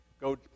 Go